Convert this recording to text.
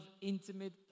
intimate